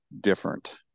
different